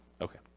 Okay